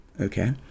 okay